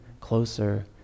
closer